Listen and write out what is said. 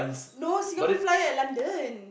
no Singapore Flyer London